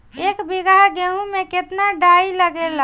एक बीगहा गेहूं में केतना डाई लागेला?